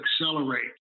accelerate